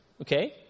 Okay